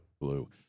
blue